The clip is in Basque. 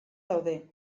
daude